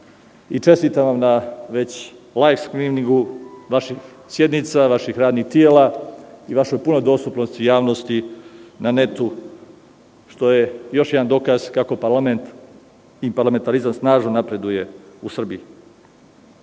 i čestitam vam na već "lajf skriningu" vaših sednica, vaših radnih tela i vašu punu dostupnost javnosti na Internetu, što je još jedan dokaz kako parlament i parlamentarizam može da napreduje u